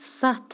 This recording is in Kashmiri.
ستھ